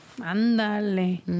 ¡Ándale